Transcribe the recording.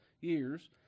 years